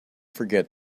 forget